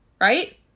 right